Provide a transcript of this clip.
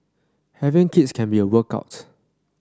having kids can be a workout